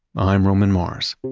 i'm roman mars